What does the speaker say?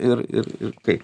ir ir ir kaip